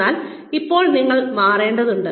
എന്നാൽ ഇപ്പോൾ നിങ്ങൾ മാറേണ്ടതുണ്ട്